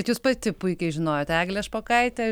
bet jūs pati puikiai žinojot eglę špokaitę